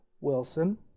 Wilson